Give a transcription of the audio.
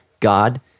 God